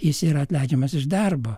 jis yra atleidžiamas iš darbo